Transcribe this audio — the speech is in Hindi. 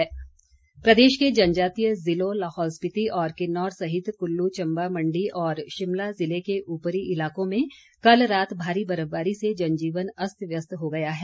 मौसम प्रदेश के जनजातीय जिलों लाहौल स्पीति और किन्नौर सहित कुल्लू चम्बा मंडी और शिमला जिले के ऊपरी इलाकों में कल रात भारी बर्फबारी से जनजीवन अस्त व्यस्त हो गया है